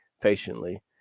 patiently